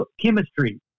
chemistry